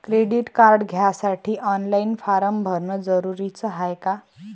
Credit card घ्यासाठी online form भरन जरुरीच हाय का?